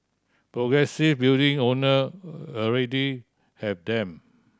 progressive building owner already have them